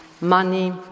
money